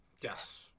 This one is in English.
Yes